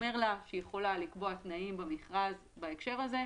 הסעיף קובע שהיא יכולה לקבוע תנאים במכרז בהקשר הזה.